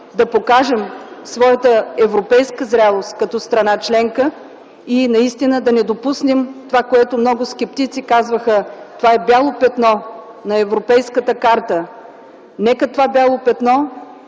да покажем своята европейска зрялост като страна членка и наистина да не допуснем това, което много скептици казваха – това е бяло петно на европейската карта. Нека това бяло петно